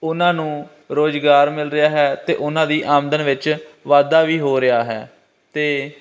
ਉਹਨਾਂ ਨੂੰ ਰੁਜ਼ਗਾਰ ਮਿਲ ਰਿਹਾ ਹੈ ਅਤੇ ਉਹਨਾਂ ਦੀ ਆਮਦਨ ਵਿੱਚ ਵਾਧਾ ਵੀ ਹੋ ਰਿਹਾ ਹੈ ਅਤੇ